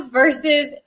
versus